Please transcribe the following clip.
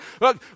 look